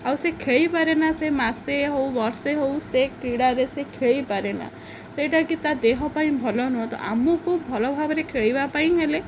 ଆଉ ସେ ଖେଳି ପାରେନା ସେ ମାସେ ହଉ ବର୍ଷେ ହଉ ସେ କ୍ରୀଡ଼ାରେ ସେ ଖେଳି ପାରେନା ସେଇଟାକି ତା' ଦେହ ପାଇଁ ଭଲ ନୁହେଁ ତ ଆମକୁ ଭଲ ଭାବରେ ଖେଳିବା ପାଇଁ ହେଲେ